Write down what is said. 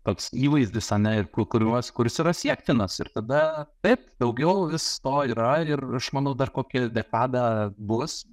toks įvaizdis ane ku kuriuos kuris yra siektinas ir tada taip daugiau vis to yra ir aš manau dar kokį dekadą bus